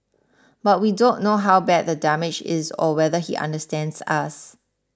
but we don't know how bad the damage is or whether he understands us